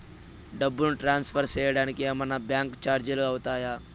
డబ్బును ట్రాన్స్ఫర్ సేయడానికి ఏమన్నా బ్యాంకు చార్జీలు అవుతాయా?